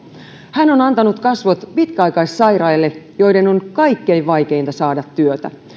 hän on antanut kasvot pitkäaikaissairaille joiden on kaikkein vaikeinta saada työtä